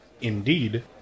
Indeed